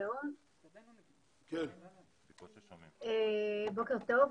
שלום ובוקר טוב.